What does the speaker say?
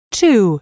two